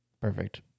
Perfect